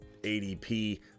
ADP